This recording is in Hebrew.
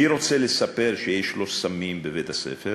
מי רוצה לספר שיש לו סמים בבית-הספר?